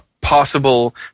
possible